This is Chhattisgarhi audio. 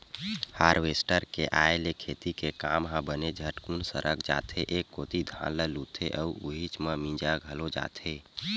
हारवेस्टर के आय ले खेती के काम ह बने झटकुन सरक जाथे एक कोती धान ल लुथे अउ उहीच म मिंजा घलो जथे